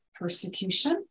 persecution